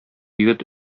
егет